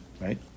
Right